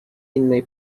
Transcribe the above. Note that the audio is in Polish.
innej